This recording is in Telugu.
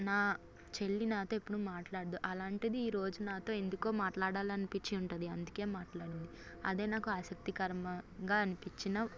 నా చెల్లి నాతో ఎప్పుడు మాట్లాడదు అలాంటిది ఈ రోజు నాతో ఎందుకో మాట్లాడాలనిపించి ఉంటుంది అందుకే మాట్లాడింది అదే నాకు ఆసక్తి కరంగా అనిపించిన